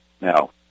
Now